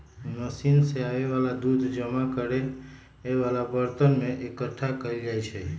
machine से आबे वाला दूध जमा करे वाला बरतन में एकट्ठा कएल जाई छई